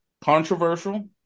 controversial